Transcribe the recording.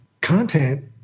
content